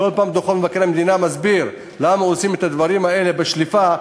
כל פעם דוח מבקר המדינה מסביר: למה עושים את הדברים האלה בשליפה,